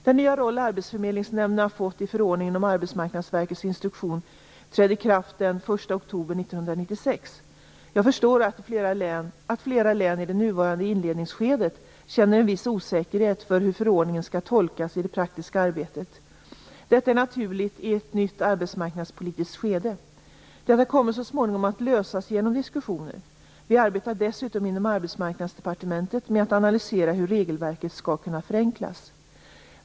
Den nya roll arbetsförmedlingsnämnderna fått i förordningen om Arbetsmarknadsverkets instruktion trädde i kraft den 1 oktober 1996. Jag förstår att flera län i det nuvarande inledningsskedet känner en viss osäkerhet för hur förordningen skall tolkas i det praktiska arbetet. Detta är naturligt i ett nytt arbetsmarknadspolitiskt skede. Detta kommer så småningom att lösas genom diskussioner. Vi arbetar dessutom inom Arbetsmarknadsdepartementet med att analysera hur regelverket skall kunna förenklas.